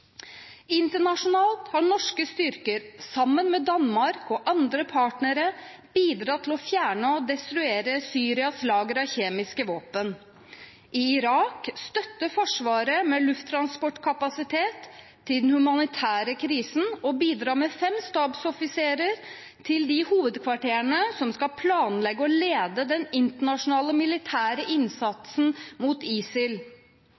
Internasjonalt har norske styrker sammen med Danmark og andre partnere bidratt til å fjerne og destruere Syrias lagre av kjemiske våpen. I Irak støtter Forsvaret med lufttransportkapasitet til den humanitære krisen og bidrar med fem stabsoffiserer til de hovedkvarterene som skal planlegge og lede den internasjonale militære innsatsen mot ISIL.